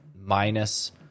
Minus